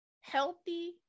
healthy